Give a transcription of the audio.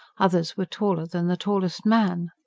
others were taller than the tallest man.